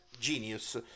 genius